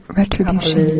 retribution